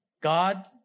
God